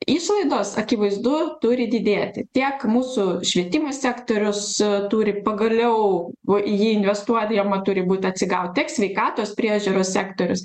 išlaidos akivaizdu turi didėti tiek mūsų švietimo sektorius turi pagaliau buvo į jį investuojama turi būti atsigaut tiek sveikatos priežiūros sektorius